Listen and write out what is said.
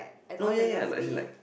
no ya ya like as in like